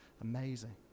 Amazing